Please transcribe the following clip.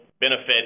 benefit